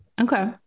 Okay